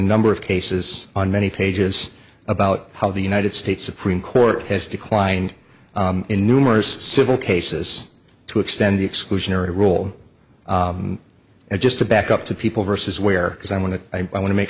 number of cases on many pages about how the united states supreme court has declined in numerous civil cases to extend the exclusionary rule and just to back up to people versus where is i want to i want to make